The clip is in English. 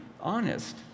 honest